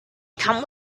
come